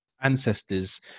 ancestors